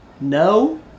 No